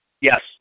Yes